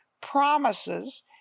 promises